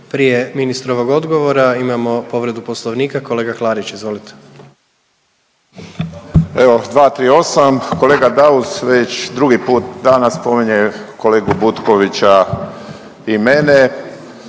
Prije ministrovog odgovora imamo povredu poslovnika, kolega Klarić izvolite. **Klarić, Tomislav (HDZ)** Evo 238., kolega Daus već drugi put danas spominje kolegu Butkovića i mene,